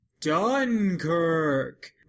Dunkirk